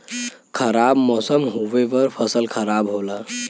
खराब मौसम होवे पर फसल खराब होला